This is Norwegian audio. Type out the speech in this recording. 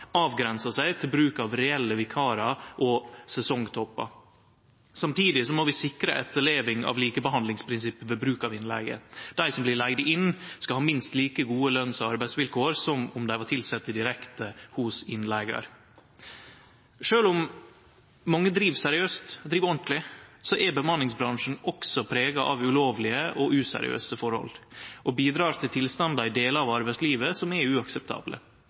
avgrensar seg til bruk av reelle vikarar og sesongtoppar. Samtidig må vi sikre etterleving av likebehandlingsprinsippet ved bruk av innleige. Dei som blir leigde inn, skal ha minst like gode løns- og arbeidsvilkår som om dei var tilsette direkte av innleigar. Sjølv om mange driv seriøst og ordentleg, er bemanningsbransjen også prega av ulovlege og useriøse forhold og bidreg til tilstandar i delar av arbeidslivet som er uakseptable.